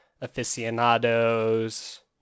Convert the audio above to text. aficionados